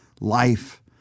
Life